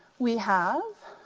we have